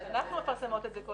אנחנו הכנסנו את זה.